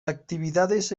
actividades